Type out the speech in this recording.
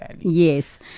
Yes